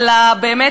באמת,